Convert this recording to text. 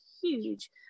huge